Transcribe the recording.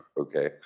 Okay